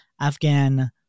Afghan